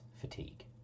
fatigue